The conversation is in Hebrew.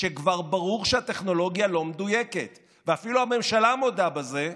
כשכבר ברור שהטכנולוגיה לא מדויקת ואפילו הממשלה מודה בזה,